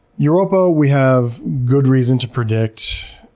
europa, we have good reason to predict,